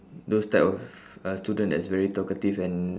those type of uh student that's very talkative and